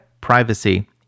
privacy